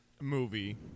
Movie